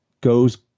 goes